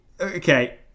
Okay